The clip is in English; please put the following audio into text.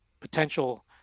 potential